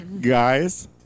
guys